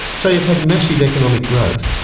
so you've had massive economic growth,